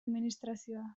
administrazioa